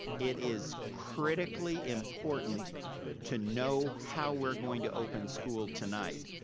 it is critically important to know how we're going to open school tonight.